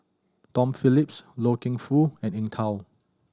Tom Phillips Loy Keng Foo and Eng Tow